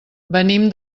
venim